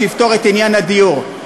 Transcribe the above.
שתפתור את עניין הדיור.